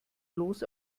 los